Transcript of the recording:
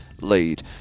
lead